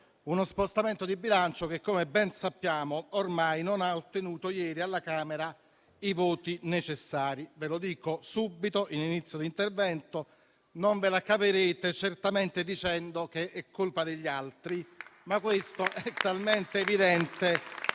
uno scostamento di bilancio che - come ben sappiamo ormai - non ha ottenuto ieri alla Camera i voti necessari. Dico subito, all'inizio del mio intervento, che non ve la caverete certamente dicendo che è colpa degli altri. Questo è però talmente evidente